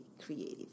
creative